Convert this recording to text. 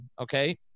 Okay